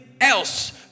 else